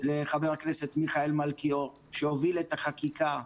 לחבר הכנסת מיכאל מלכיאור, שהוביל את החקיקה.